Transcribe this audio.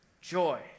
Joy